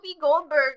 Goldberg